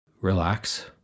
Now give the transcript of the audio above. Relax